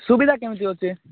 ସୁବିଧା କେମିତି ଅଛି